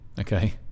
Okay